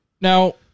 Now